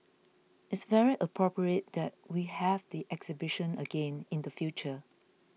it's very appropriate that we have the exhibition again in the future